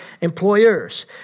employers